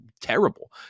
terrible